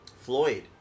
Floyd